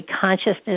consciousness